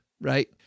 right